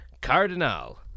Cardinal